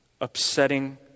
upsetting